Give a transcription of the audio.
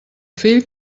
fill